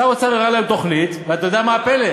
שר האוצר הראה להם תוכנית, ואתה יודע מה הפלא?